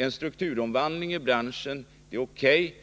En strukturomvandling i branschen var i och för sig